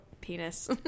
penis